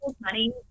money